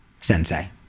sensei